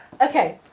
Okay